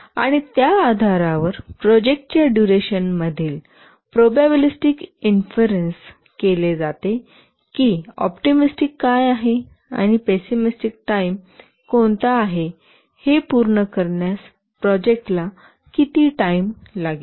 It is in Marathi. आणि त्या आधारावर प्रोजेक्टच्या डुरेशनतील प्रोबॅबिलिस्टिक इन्फेरेंन्स केले जाते की ऑप्टिमिस्टिक काय आहे आणि पिस्सीमिस्टिक टाईम कोणता आहे हे पूर्ण करण्यास प्रोजेक्टला किती टाईम लागेल